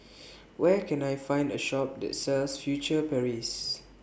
Where Can I Find A Shop that sells Furtere Paris